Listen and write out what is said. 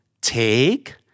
Take